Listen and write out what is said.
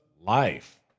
life